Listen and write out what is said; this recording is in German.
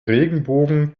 regenbogen